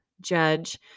judge